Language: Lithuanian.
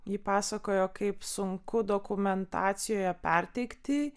ji pasakojo kaip sunku dokumentacijoje perteikti